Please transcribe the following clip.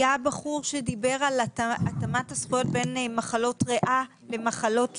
היה בחור שדיבר על התאמת הזכויות בין מחלות ריאה למחלות לב.